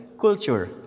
culture